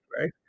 right